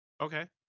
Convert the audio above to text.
Okay